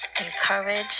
encourage